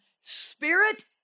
spirit